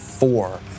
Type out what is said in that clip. four